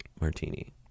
Martini